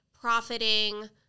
profiting